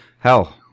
Hell